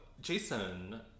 Jason